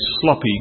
sloppy